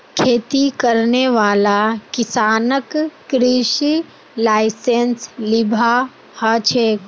खेती करने वाला किसानक कृषि लाइसेंस लिबा हछेक